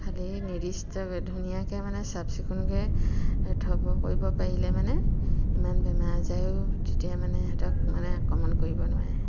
খালি নিৰ্দিষ্টকৈ ধুনীয়াকৈ মানে চাফ চিকুণকৈ থ'ব কৰিব পাৰিলে মানে ইমান বেমাৰ আজাৰেও তেতিয়া মানে সিহঁতক মানে আক্ৰমণ কৰিব নোৱাৰে